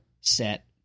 set